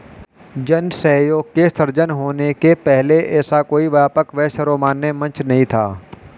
जन सहयोग के सृजन होने के पहले ऐसा कोई व्यापक व सर्वमान्य मंच नहीं था